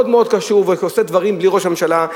מאוד מאוד קשור ועושה דברים בלי ראש הממשלה.